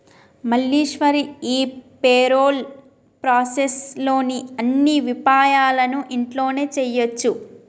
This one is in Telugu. మల్లీశ్వరి ఈ పెరోల్ ప్రాసెస్ లోని అన్ని విపాయాలను ఇంట్లోనే చేయొచ్చు